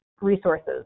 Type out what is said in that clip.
resources